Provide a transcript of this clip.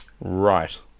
right